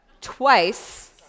twice